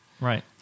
Right